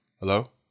Hello